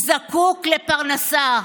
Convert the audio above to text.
הוא זקוק לפרנסה,